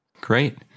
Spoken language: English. Great